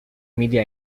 media